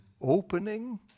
opening